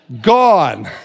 Gone